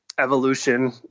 evolution